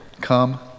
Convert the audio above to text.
come